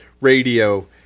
radio